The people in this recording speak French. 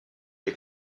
est